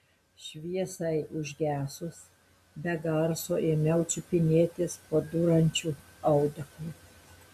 šviesai užgesus be garso ėmiau čiupinėtis po duriančiu audeklu